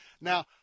Now